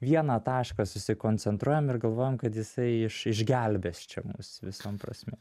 vieną tašką susikoncentruojam ir galvojam kad jisai iš išgelbės čia mus visom prasmėm